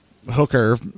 hooker